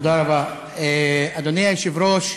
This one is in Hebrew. אדוני היושב-ראש,